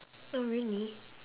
oh really